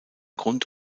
grund